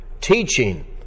teaching